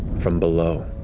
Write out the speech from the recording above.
from below.